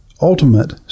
ultimate